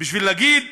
בשביל להגיד: